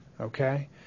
Okay